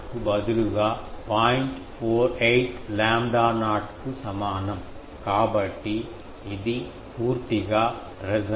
48 lambda naught కు సమానం కాబట్టి ఇది పూర్తిగా రెసొనెన్స్